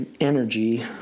energy